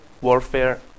warfare